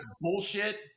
bullshit